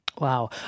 Wow